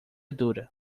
dura